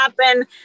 happen